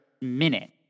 minute